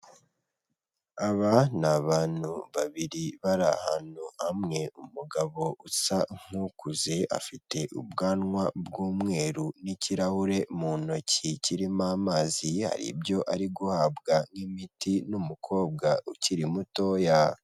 Aba ni abantu babiri bari ahantu hamwe, umugabo usa nk'ukuze afite ubwanwa bw'umweru n'ikirahure mu ntoki kirimo amazi, hari ibyo ari guhabwa nk'imiti n'umukobwa ukiri mutoya.